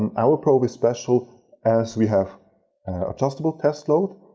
um our probe is special as we have adjustable test load.